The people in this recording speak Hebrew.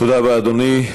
תודה רבה, אדוני.